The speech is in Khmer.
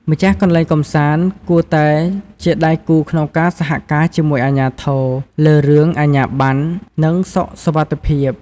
ម្ចាស់កន្លែងកម្សាន្ត គួរតែជាដៃគូក្នុងការសហការជាមួយអាជ្ញាធរ លើរឿង អាជ្ញាប័ណ្ណ និងសុខសុវត្ថិភាព។